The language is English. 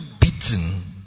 beaten